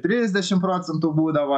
trisdešim procentų būdavo